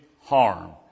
harm